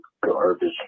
garbage